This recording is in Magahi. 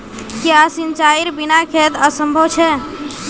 क्याँ सिंचाईर बिना खेत असंभव छै?